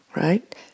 Right